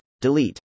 delete